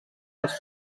els